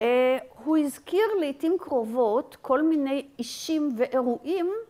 הוא הזכיר לעתים קרובות כל מיני אישים ואירועים.